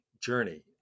journey